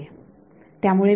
बरोबर तर माझ्याकडे आहे